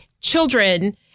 children